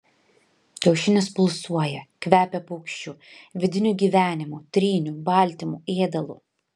kiaušinis pulsuoja kvepia paukščiu vidiniu gyvenimu tryniu baltymu ėdalu